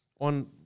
on